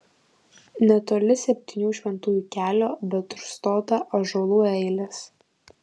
netoli septynių šventųjų kelio bet užstotą ąžuolų eilės